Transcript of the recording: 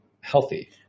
healthy